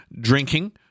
drinking